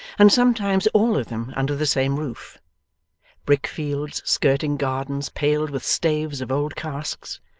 and sometimes all of them under the same roof brick-fields skirting gardens paled with staves of old casks,